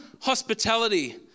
hospitality